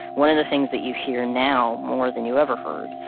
one of the things that you hear now, more than you ever heard,